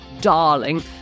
darling